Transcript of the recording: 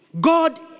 God